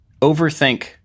overthink